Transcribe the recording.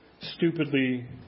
stupidly